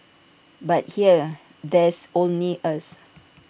but here there's only us